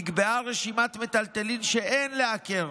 נקבעה רשימת מיטלטלין שאין לעקל.